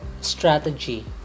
strategy